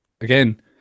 Again